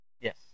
Yes